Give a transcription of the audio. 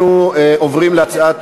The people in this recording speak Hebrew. אני קובע כי הצעת